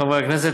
חברי הכנסת,